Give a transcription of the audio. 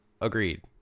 Agreed